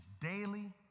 daily